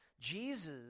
Jesus